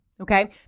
okay